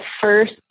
first